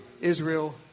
israel